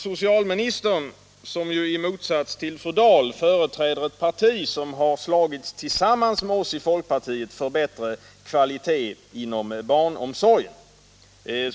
Socialministern företräder ju i motsats till fru Dahl ett 49 parti som har slagits tillsammans med oss i folkpartiet för bättre kvalitet inom barnomsorgen.